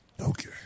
Okay